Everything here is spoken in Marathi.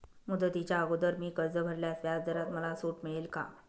मुदतीच्या अगोदर मी कर्ज भरल्यास व्याजदरात मला सूट मिळेल का?